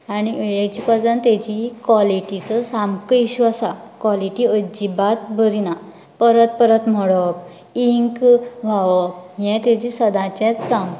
आनी हेजे कोतान तेजी क्लोलीटीचो सामको इशू आसा कोलिटी अज्जीबात बरी ना परत परत मोडप इंक व्हांवप यें तेजें सदाचेंच काम